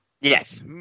Yes